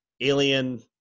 alien